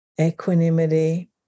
equanimity